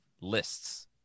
lists